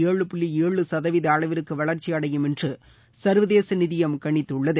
ஏழு புள்ளி ஏழு சதவீத அளவிற்கு வளர்ச்சி அடையும் என்று சர்வதேச நிதியம் கணித்துள்ளது